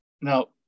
No